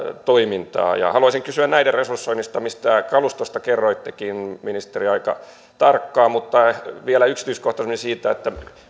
toimintaa haluaisin kysyä näiden resursoinnista kalustosta kerroittekin ministeri aika tarkkaan vielä yksityiskohtaisemmin siitä